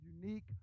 unique